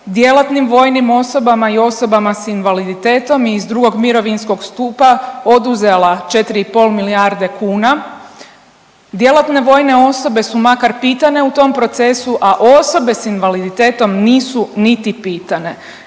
djelatnim vojnim osobama i osobama s invaliditetom iz II. Mirovinskog stupa oduzela 4 i pol milijarde kuna. Djelatne vojne osobe su makar pitane u tom procesu, a osobe s invaliditetom nisu niti pitane.